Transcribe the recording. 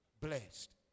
blessed